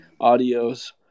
audios